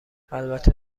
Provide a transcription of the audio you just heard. البته